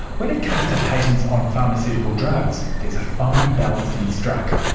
when it comes to patents on pharmaceutical drugs there's a fine balance to be struck.